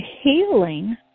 healing